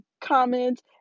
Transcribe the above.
comments